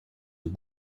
une